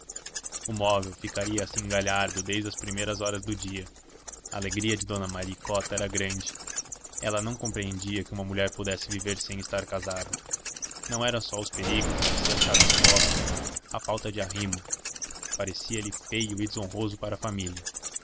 o móvel ficaria assim galhardo desde as primeiras horas do dia a alegria de dona maricota era grande ela não compreendia que uma mulher pudesse viver sem estar casada não eram só os perigos a que se achava exposta a falta de arrimo parecia-lhe feio e desonroso para a família